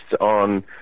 on